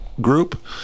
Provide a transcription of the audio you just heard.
Group